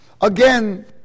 again